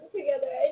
together